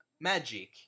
Magic